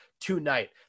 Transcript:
tonight